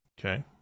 Okay